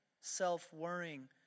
self-worrying